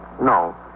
No